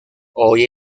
hoy